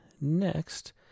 next